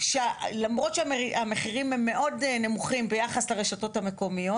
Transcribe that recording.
שלמרות שהמחירים הם מאוד נמוכים ביחס לרשתות המקומיות,